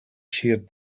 sheared